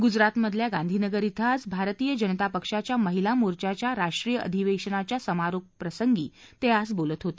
गुजरातमधल्या गांधीनगर इथं आज भारतीय जनता पक्षाच्या महिला मोर्चाच्या राष्ट्रीय अधिवेशनाच्या समारोपप्रसंगी ते बोलत होते